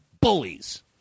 bullies